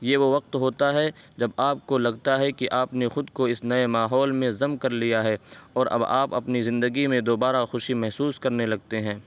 یہ وہ وقت ہوتا ہے جب آپ کو لگتا ہے کہ آپ نے خود کو اس نئے ماحول میں ضم کر لیا ہے اور اب آپ اپنی زندگی میں دوبارہ خوشی محسوس کرنے لگتے ہیں